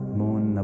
moon